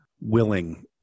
willing